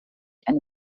eine